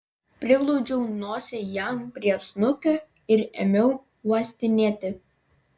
priglaudžiau nosį jam prie snukio ir ėmiau uostinėti